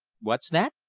what's that?